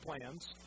plans